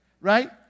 right